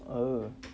oh